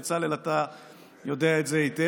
בצלאל, אתה בוודאי יודע את זה היטב.